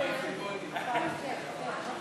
וקבוצת סיעת העבודה